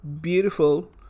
beautiful